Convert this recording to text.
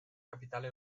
capitale